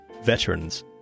veterans